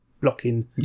blocking